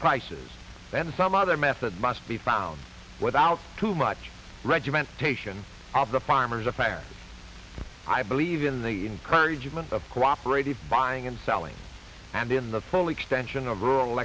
prices and some other method must be found without too much regimentation of the farmers a fair i believe in the encourage amount of cooperative buying and selling and in the full extension of rural